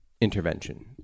intervention